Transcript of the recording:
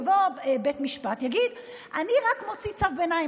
יבוא בית המשפט ויגיד: אני רק מוציא צו ביניים,